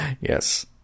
Yes